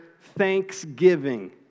thanksgiving